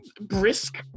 brisk